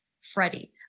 Freddie